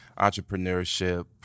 entrepreneurship